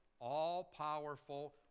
all-powerful